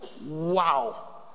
Wow